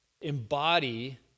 embody